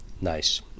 Nice